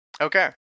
Okay